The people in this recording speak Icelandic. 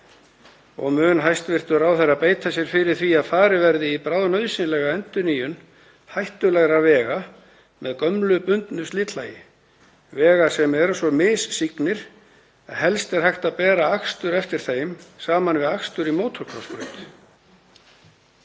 Mun hæstv. ráðherra beita sér fyrir því að farið verði í bráðnauðsynlega endurnýjun hættulegra vega með gömlu bundnu slitlagi, vega sem eru svo missignir að helst er hægt að bera akstur eftir þeim saman við akstur á mótorkrossbraut?